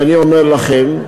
ואני אומר לכם,